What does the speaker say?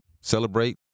celebrate